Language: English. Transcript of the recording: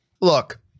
Look